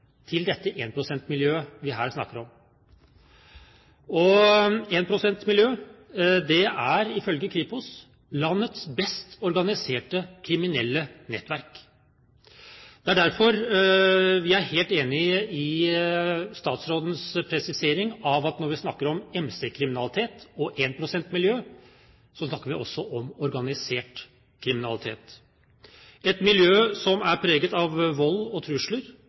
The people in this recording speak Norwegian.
til dette énprosentmiljøet vi her snakker om. Énprosentmiljøet er ifølge Kripos landets best organiserte kriminelle nettverk. Det er derfor vi er helt enig i statsrådens presisering av at når vi snakker om MC-kriminalitet og énprosentmiljø, snakker vi også om organisert kriminalitet. Det er et miljø som er preget av vold og trusler,